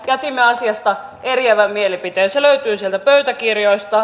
jätimme asiasta eriävän mielipiteen se löytyy sieltä pöytäkirjoista